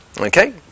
Okay